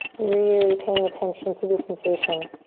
really paying attention to this sensation.